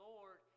Lord